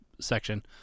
section